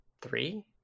three